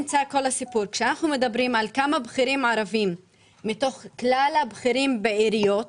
כשאנחנו מסתכלים על מספר הבכירים הערבים מתוך כלל הבכירים בעיריות,